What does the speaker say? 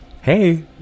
hey